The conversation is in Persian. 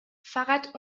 فقط